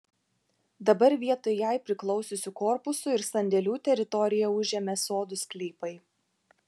dabar vietoj jai priklausiusių korpusų ir sandėlių teritoriją užėmė sodų sklypai